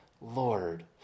Lord